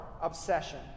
obsession